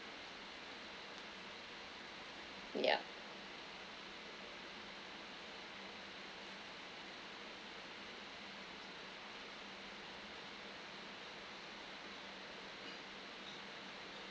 yup